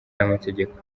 n’amategeko